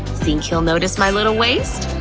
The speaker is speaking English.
think he'll notice my little waist?